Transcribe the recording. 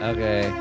Okay